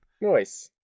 Nice